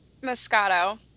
Moscato